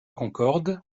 concorde